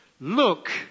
look